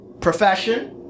profession